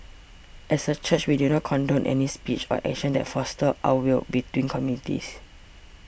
as a church we do not condone any speech or actions that foster ill will between communities